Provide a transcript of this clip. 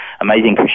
amazing